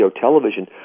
television